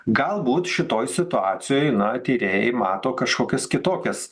galbūt šitoj situacijoj na tyrėjai mato kažkokias kitokias